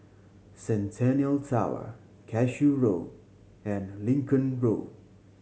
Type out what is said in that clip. Centennial Tower Cashew Road and Lincoln Road